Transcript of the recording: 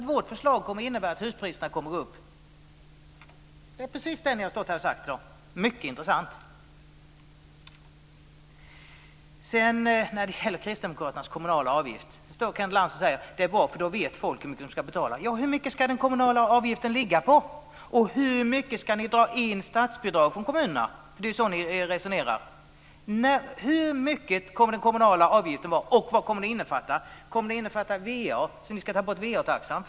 Säg: Vårt förslag kommer att innebära att huspriserna går upp! Det är ju precis det som ni har stått här och sagt i dag. Det är mycket intressant. När det gäller Kristdemokraternas kommunala avgift står Kenneth Lantz och säger: Det är bra, för då vet folk hur mycket de ska betala. Ja, vad ska den kommunala avgiften ligga på? Och med hur mycket ska ni dra in statsbidrag från kommunerna - för det är ju så ni resonerar? Hur stor kommer den kommunala avgiften att vara och vad kommer den att innefatta? Kommer den att innefatta va-avgiften? Ska ni ta bort va-taxan?